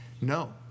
No